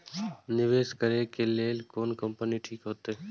निवेश करे के लेल कोन कंपनी ठीक होते?